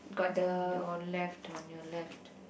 mm your left on your left